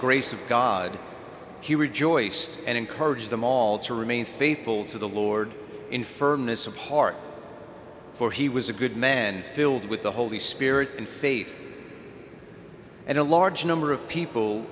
grace of god he rejoiced and encouraged them all to remain faithful to the lord in firmness apart for he was a good man filled with the holy spirit and faith and a large number of people